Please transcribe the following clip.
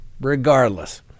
Regardless